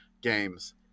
games